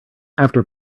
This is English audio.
after